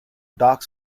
dark